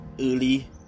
early